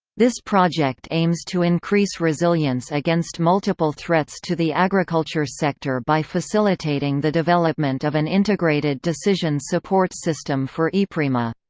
this project aims to increase resilience against multiple-threats to the agriculture sector by facilitating the development of an integrated decision support system for eprima.